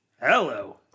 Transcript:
Hello